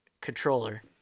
controller